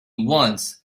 once